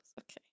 okay